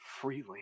freely